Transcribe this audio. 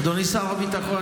אדוני שר הביטחון,